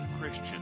Christian